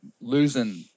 losing